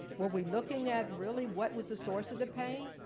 were we looking at really what was the source of the pain?